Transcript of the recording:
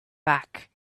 back